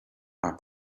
are